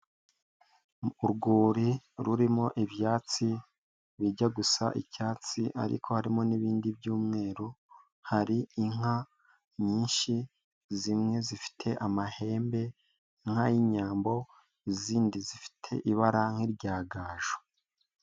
Urwuri rurimo ibyatsi bijya gusa icyatsi ariko harimo n'ibindi by'umweru, hari inka nyinshi zimwe zifite amahembe nk'ay'inyambo izindi zifite ibara nk'irya gaju.